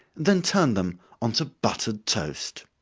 then turn them on to buttered toast.